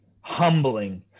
Humbling